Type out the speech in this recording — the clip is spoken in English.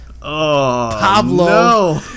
Pablo